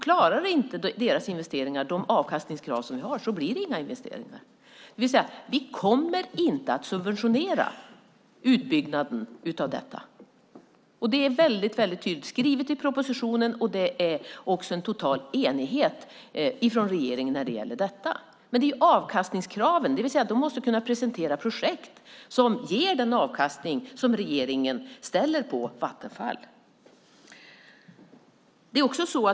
Klarar inte deras investeringar de avkastningskrav som vi ställer blir det inga investeringar. Vi kommer inte att subventionera utbyggnaden av detta. Det är väldigt tydligt skrivet i propositionen. Det finns också en total enighet i regeringen när det gäller detta. De måste kunna presentera projekt som ger den avkastning som regeringen kräver av Vattenfall.